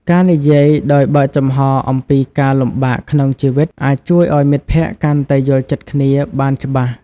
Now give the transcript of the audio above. ការនិយាយដោយបើកចំហរអំពីការលំបាកក្នុងជីវិតអាចជួយឲ្យមិត្តភក្តិកាន់តែយល់ចិត្តគ្នាបានច្បាស់។